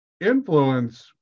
influence